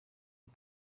ati